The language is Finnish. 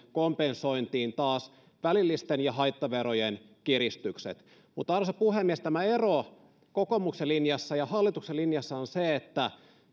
kompensointiin välillisten ja haittaverojen kiristykset mutta arvoisa puhemies tämä ero kokoomuksen linjassa ja hallituksen linjassa on se että